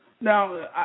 Now